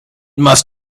must